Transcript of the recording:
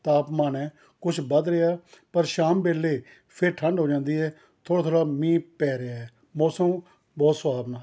ਤਾਪਮਾਨ ਹੈ ਕੁਝ ਵੱਧ ਰਿਹਾ ਪਰ ਸ਼ਾਮ ਵੇਲੇ ਫਿਰ ਠੰਡ ਹੋ ਜਾਂਦੀ ਹੈ ਥੋੜ੍ਹਾ ਥੋੜ੍ਹਾ ਮੀਂਹ ਪੈ ਰਿਹਾ ਹੈ ਮੌਸਮ ਬਹੁਤ ਸੁਹਾਵਣਾ ਹੈ